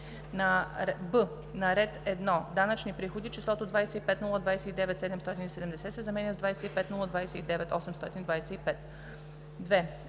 на ред 1. Данъчни приходи числото „25 029 770,0“ се заменя с „25 029 825,0“.